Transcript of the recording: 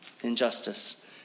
injustice